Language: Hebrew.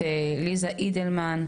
ליזה אידלמן.